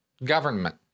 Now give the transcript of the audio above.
Government